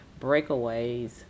breakaways